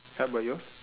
how about yours